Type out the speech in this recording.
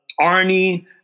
Arnie